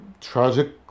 tragic